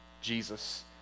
Jesus